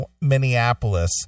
Minneapolis